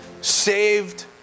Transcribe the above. saved